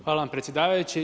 Hvala vam predsjedavajući.